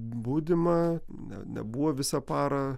budima nebuvo visą parą